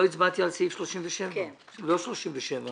לא צריך לעשות את ההבחנה.